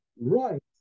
right